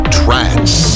trance